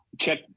check